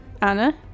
Anna